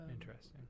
Interesting